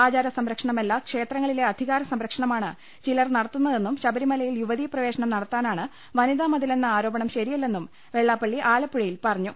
ആചാര സംരക്ഷണമല്ല ക്ഷേത്രങ്ങളിലെ അധികാര സംരക്ഷണമാണ് ചിലർ നടത്തുന്നതെന്നും ശബരിമല യിൽ യുവതീ പ്രവേശനം നടത്താനാണ് വനിതാമതി ലെന്ന ആരോപണം ശരിയല്ലെന്നും വെള്ളാപ്പള്ളി ആല പ്പുഴയിൽ പറഞ്ഞു